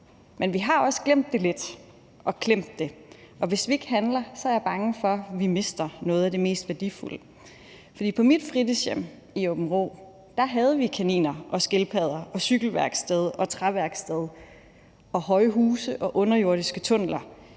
Men vi har også glemt det lidt og klemt det. Og hvis vi ikke handler, er jeg bange for, at vi mister noget af det mest værdifulde. På mit fritidshjem i Aabenraa havde vi kaniner, skildpadder, cykelværksted, træværksted, høje huse og underjordiske tunneller.